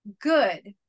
good